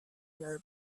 were